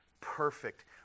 perfect